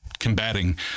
combating